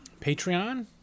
Patreon